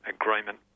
agreement